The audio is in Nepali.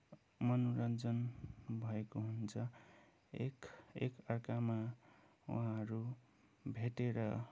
मनोरञ्जन भएको हुन्छ एक एकाअर्कामा उहाँहरू भेटेर